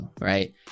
right